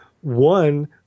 one